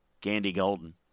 Gandy-Golden